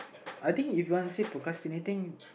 I think if you want to say procrastinating